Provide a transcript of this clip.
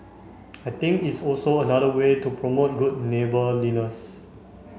I think it's also another way to promote good neighbourliness